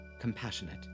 compassionate